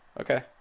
Okay